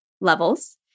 levels